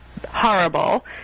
horrible